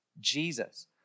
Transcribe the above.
Jesus